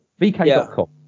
VK.com